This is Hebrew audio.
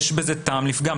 יש בזה טעם לפגם.